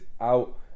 out